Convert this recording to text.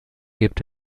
gibt